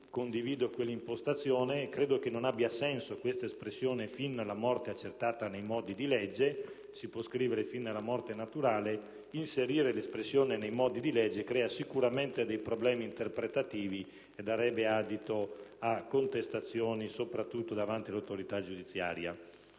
condivido l'impostazione: credo non abbia senso l'espressione «fino alla morte accertata nei modi di legge» e che si possa scrivere «fino alla morte naturale». Inserire l'espressione «nei modi di legge» crea sicuramente problemi interpretativi e darebbe adito a contestazioni, soprattutto davanti all'autorità giudiziaria.